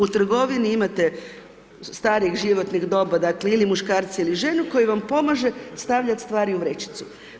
U trgovini imate starijih životnih doba ili muškarca ili ženu, koji vam pomaže stavljati stvari u vrećicu.